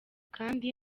kandi